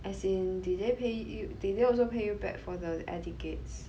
as in did they pay you did they also pay you back for the air tickets